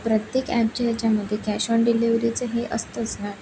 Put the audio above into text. प्रत्येक ॲपच्या याच्यामध्ये कॅश ऑन डिलेव्हरीचं हे असतंच ना